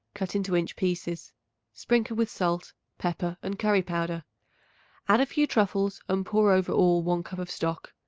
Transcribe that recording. cut into inch pieces sprinkle with salt, pepper and curry-powder add a few truffles and pour over all one cup of stock.